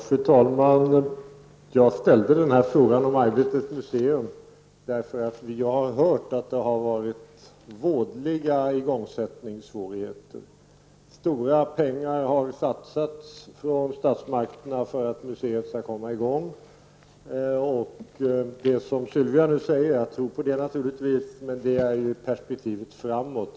Fru talman! Jag ställde frågan om Arbetets museum därför att vi har hört att det har varit vådliga igångsättningssvårigheter. Stora pengar har satsats från statsmakterna för att museet skall komma i gång. Det som Sylvia Pettersson nu säger -- jag tror på det naturligtvis -- gäller perspektivet framåt.